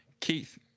Keith